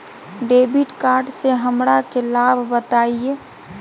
Debit card से हमरा के लाभ बताइए?